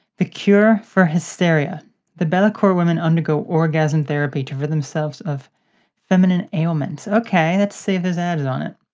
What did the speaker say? the cure for hysteria the bellacourt women undergo orgasm therapy to rid themselves of their feminine ailments. ok, let's see if there's ads on it.